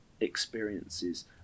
experiences